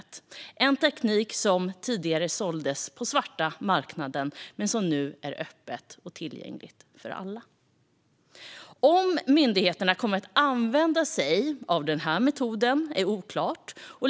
Det är en teknik som tidigare såldes på den svarta marknaden men som nu är öppet tillgänglig för alla. Om myndigheterna kommer att använda sig av den här metoden är oklart.